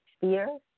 Fear